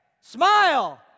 smile